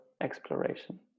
exploration